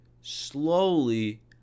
slowly